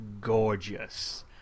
gorgeous